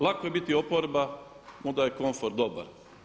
Lako je biti oporba onda je komfor dobar.